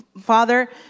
Father